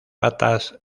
patas